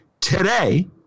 today